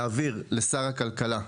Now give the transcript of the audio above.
להעביר לשר הכלכלה,